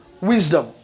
wisdom